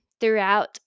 throughout